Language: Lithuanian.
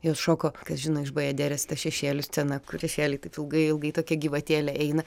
jos šoko kas žino iš bajaderės ta šešėlių scena kur šešėliai taip ilgai ilgai tokia gyvatėlė eina